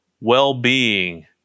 well-being